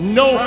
no